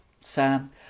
Sam